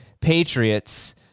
Patriots